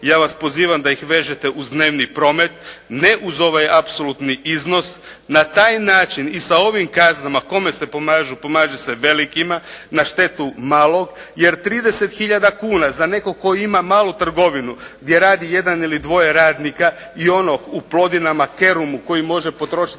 Ja vas pozivam da ih vežete uz dnevni promet. Ne uz ovaj apsolutni iznos. Na taj način i sa ovim kaznama kome se pomaže? Pomaže se velikima na štetu malog jer 30 tisuća kuna za nekoga tko ima malu trgovinu gdje radi jedan ili dvoje radnika i ono u Plodinama, Kerumu koji može potrošiti